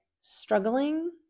struggling